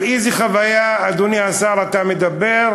על איזו חוויה, אדוני השר, אתה מדבר?